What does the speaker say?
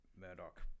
Murdoch